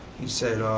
he said